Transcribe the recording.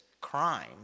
crime